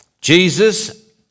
Jesus